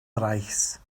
reichs